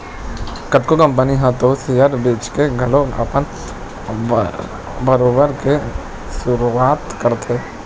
कतको कंपनी ह तो सेयर बेंचके घलो अपन कारोबार के सुरुवात करथे